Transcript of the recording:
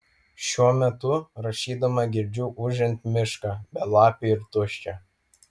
šiuo metu rašydama girdžiu ūžiant mišką belapį ir tuščią